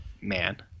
Man